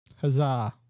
Huzzah